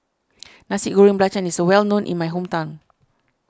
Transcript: Nasi Goreng Belacan is well known in my hometown